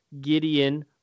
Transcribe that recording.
Gideon